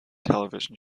television